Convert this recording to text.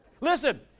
Listen